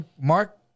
Mark